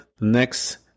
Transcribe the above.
next